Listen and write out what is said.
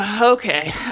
Okay